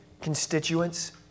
constituents